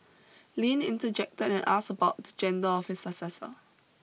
Lin interjected and asked about the gender of his successor